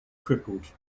crippled